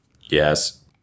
Yes